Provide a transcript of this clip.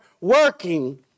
working